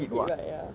hit right !wah!